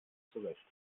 zurecht